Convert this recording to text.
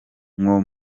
nko